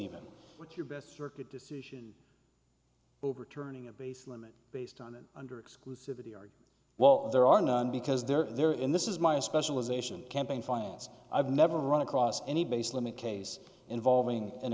even with your best circuit decision overturning a base limit based on it under exclusivity well there are none because they're in this is my specialization campaign finance i've never run across any base limit case involving an